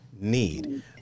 need